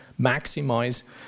maximize